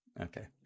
okay